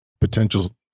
potential